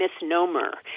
misnomer